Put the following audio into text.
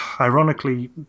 ironically